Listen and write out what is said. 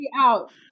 out